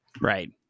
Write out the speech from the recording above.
right